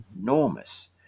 enormous